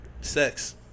Sex